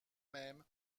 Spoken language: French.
même